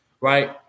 right